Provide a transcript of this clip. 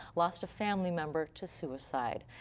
lost a family member to suicide.